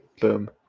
boom